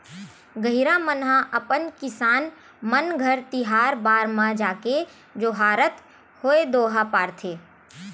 गहिरा मन ह अपन किसान मन घर तिहार बार म जाके जोहारत होय दोहा पारथे